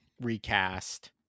recast